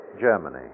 Germany